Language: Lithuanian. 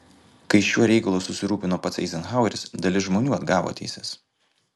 kai šiuo reikalu susirūpino pats eizenhaueris dalis žmonių atgavo teises